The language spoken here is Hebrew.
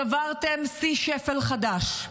שברתם שיא שפל חדש.